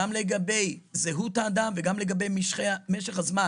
גם לגבי זהות האדם וגם לגבי משך הזמן